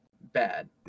bad